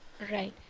Right